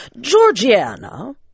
Georgiana